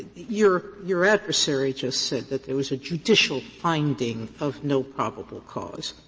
your your adversary just said that there was a judicial finding of no probable cause.